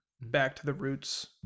back-to-the-roots